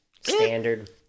Standard